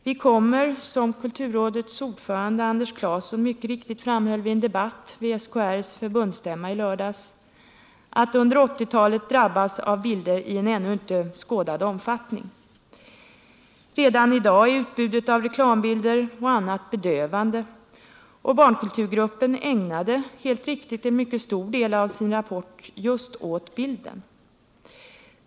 Vi kommer, som kulturrådets ordförande Anders Clason mycket riktigt framhöll i en debatt vid SKR:s förbundsstämma i lördags, att under 1980-talet drabbas av bilder i en ännu inte skådad omfattning. Redan i dag är utbudet av reklambilder och annat bedövande, och barnkulturgruppen ägnade helt riktigt en mycket stor del av sin rapport just åt bilden.